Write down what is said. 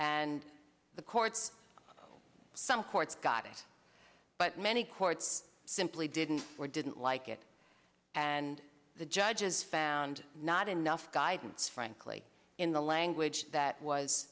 and the courts some courts got it but many courts simply didn't or didn't like it and the judges found not enough guidance frankly in the language that was